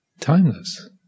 Timeless